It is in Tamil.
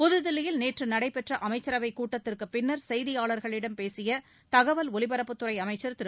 புதுதில்லியில் நேற்று நடைபெற்ற அமைச்சரவைக் கூட்டத்திற்குப் பின்னர் செய்தியாளர்களிடம் பேசிய தகவல் ஒலிபரப்புத்துறை அமைச்சர் திரு